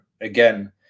again